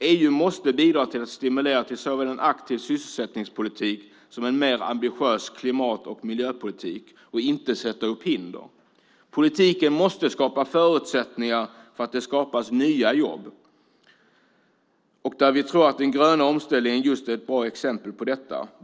EU måste bidra till att stimulera såväl en aktiv sysselsättningspolitik som en mer ambitiös klimat och miljöpolitik och inte sätta upp hinder. Politiken måste skapa förutsättningar för nya jobb. Vi tror att den gröna omställningen är ett bra exempel på detta.